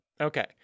Okay